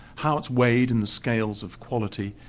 how it's weighed in the scales of quality,